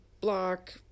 block